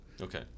Okay